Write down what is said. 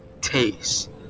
taste